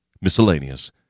Miscellaneous